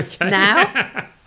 now